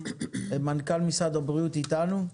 מנכ"ל משרד הבריאות איתנו?